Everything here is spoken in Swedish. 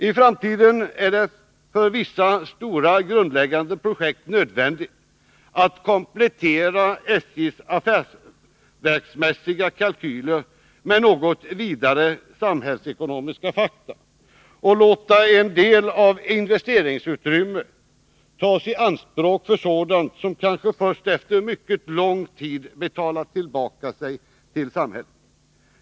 I framtiden är det för vissa stora grundläggande projekt nödvändigt att komplettera SJ:s affärsverksmässiga kalkyler med något vidare samhällsekonomiska fakta och låta en del av investeringsutrymmet tas i anspråk för sådant som kanske först efter mycket lång tid betalar tillbaka sig till samhället.